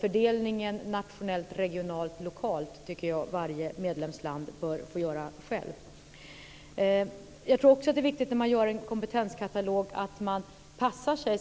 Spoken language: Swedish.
Fördelningen mellan nationellt, regionalt och lokalt tycker jag att varje medlemsland bör få göra självt. För det andra tror jag att det är viktigt att man passar sig när man gör en kompetenskatalog